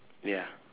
ya